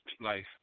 life